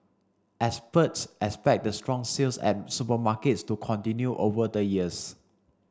experts expect the strong sales at supermarkets to continue over the years